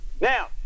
Now